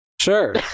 Sure